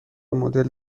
مدل